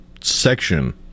section